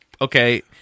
okay